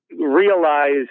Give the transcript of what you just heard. realize